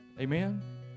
Amen